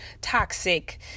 toxic